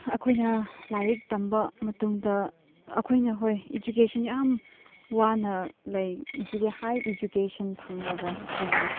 ꯑꯩꯈꯣꯏꯅ ꯂꯥꯏꯔꯤꯛ ꯇꯝꯕ ꯃꯇꯨꯡꯗ ꯑꯩꯈꯣꯏꯅ ꯍꯣꯏ ꯏꯖꯨꯀꯦꯁꯟ ꯌꯥꯝ ꯋꯥꯅ ꯂꯥꯏꯛ ꯍꯥꯏ ꯏꯖꯨꯀꯦꯁꯟ ꯐꯪꯂꯒ ꯑꯩꯈꯣꯏꯅ